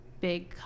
big